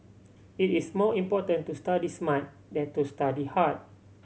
it is more important to study smart than to study hard